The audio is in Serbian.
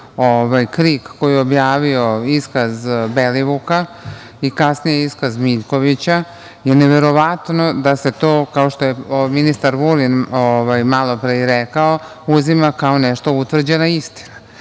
„Krik“ koji je objavio iskaz Belivuka i kasnije iskaz Miljkovića je neverovatno da se to, kao što je ministar Vulin malopre i rekao, uzima kao nešto utvrđena istina.